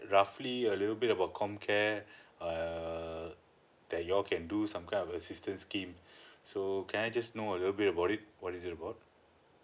roughly a little bit about com care err that you all can do some kind of assistance scheme so can I just know a little about it what is it about